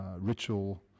ritual